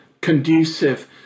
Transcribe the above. conducive